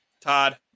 Todd